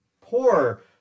poor